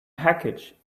package